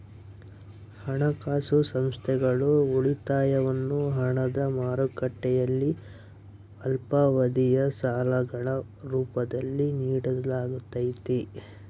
ಹಣಕಾಸು ಸಂಸ್ಥೆಗಳು ಉಳಿತಾಯವನ್ನು ಹಣದ ಮಾರುಕಟ್ಟೆಯಲ್ಲಿ ಅಲ್ಪಾವಧಿಯ ಸಾಲಗಳ ರೂಪದಲ್ಲಿ ನಿಡಲಾಗತೈತಿ